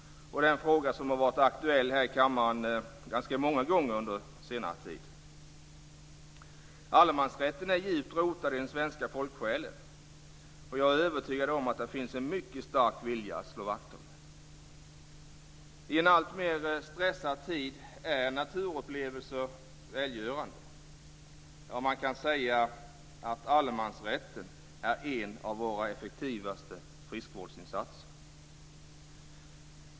Det är en fråga som har varit aktuell här i kammaren ganska många gånger under senare tid. Allemansrätten är djupt rotad i den svenska folksjälen. Jag är övertygad om att det finns en mycket stark vilja att slå vakt om den. I en alltmer stressad tid är naturupplevelser välgörande. Ja, man kan säga att allemansrätten är en av våra effektivaste friskvårdsinsatser.